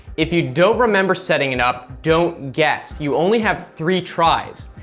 if you don't remember setting it up, don't guess! you only have three tries.